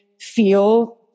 feel